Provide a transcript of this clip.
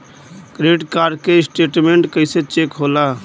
Credit card के statement कइसे check होला?